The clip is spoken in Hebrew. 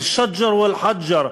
אל-שג'ר ואל-חג'ר,